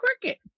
cricket